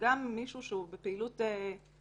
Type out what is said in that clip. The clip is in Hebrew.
כאיזשהו פרוקסי ל-500 דולר.